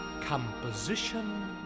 composition